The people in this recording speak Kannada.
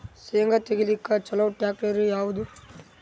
ಶೇಂಗಾ ತೆಗಿಲಿಕ್ಕ ಚಲೋ ಟ್ಯಾಕ್ಟರಿ ಯಾವಾದು?